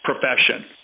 profession